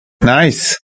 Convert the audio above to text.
Nice